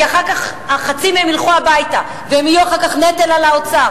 כי אחרת חצי מהם ילכו הביתה והם יהיו אחר כך נטל על האוצר,